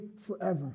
forever